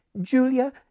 Julia